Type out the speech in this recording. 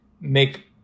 make